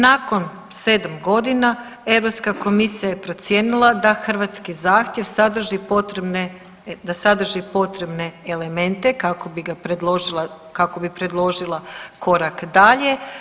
Nakon 7 godina Europska komisija je procijenila da hrvatski zahtjev sadrži potrebne, da sadrži potrebne elemente kako bi ga, kako bi predložila korak dalje.